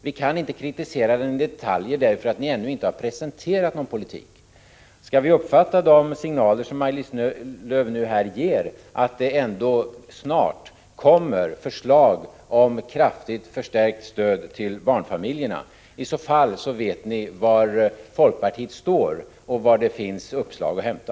Vi kan inte kritisera den i detalj därför att ni ännu inte har presenterat någon politik. Skall vi uppfatta de signaler som Maj-Lis Lööw nu ger så, att det ändå snart kommer förslag om kraftigt förstärkt stöd till barnfamiljerna? I så fall vet ni var folkpartiet står och var det finns uppslag att hämta.